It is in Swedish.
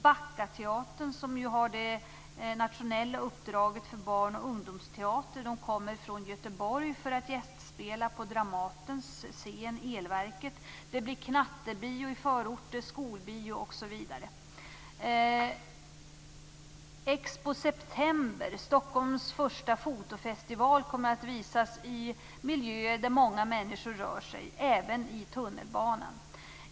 Backa Teater, som ju har det nationella uppdraget för barn och ungdomsteater, kommer från Göteborg för att gästspela på Dramatens scen Elverket. Det blir knattebio i förorter, skolbio osv. Expo September, Stockholms första fotofestival, kommer att äga rum i miljöer där många människor rör sig, även i tunnelbanan.